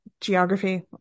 geography